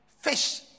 fish